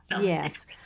Yes